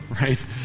right